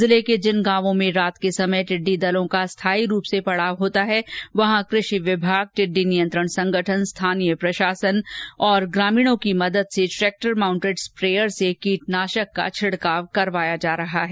जिले के जिन गांवों में रात के समय टिड्डी दलों का स्थायी रूप से पडाव होता है वहां कृषि विभाग टिड्डी नियंत्रण संगठन स्थानीय प्रशासन और ग्रामीणों की मदद से ट्रेक्टर माउंटेड स्प्रेयर से कीटनाशक का छिडकाव करवाया जा रहा है